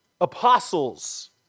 apostles